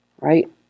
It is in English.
right